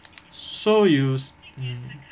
so you s~ mm